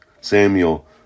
Samuel